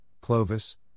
Clovis